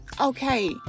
okay